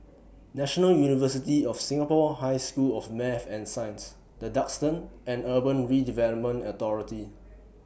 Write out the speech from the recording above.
National University of Singapore High School of Math and Science The Duxton and Urban Redevelopment Authority